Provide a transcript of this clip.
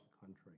country